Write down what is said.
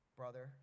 brother